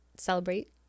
celebrate